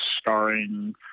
starring